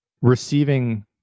receiving